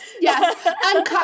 Yes